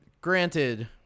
granted